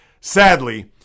sadly